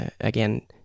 again